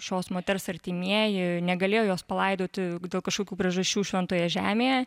šios moters artimieji negalėjo jos palaidoti dėl kažkokių priežasčių šventoje žemėje